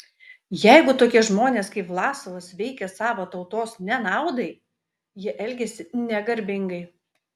jeigu tokie žmonės kaip vlasovas veikia savo tautos nenaudai jie elgiasi negarbingai